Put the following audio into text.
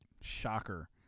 Shocker